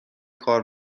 کار